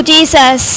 Jesus